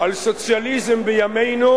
על סוציאליזם בימינו,